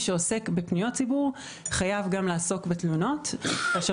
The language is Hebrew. שעוסק בפניות ציבור חייב גם לעסוק בתלונות כאשר